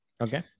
okay